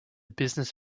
business